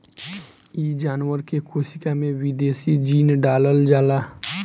इ जानवर के कोशिका में विदेशी जीन डालल जाला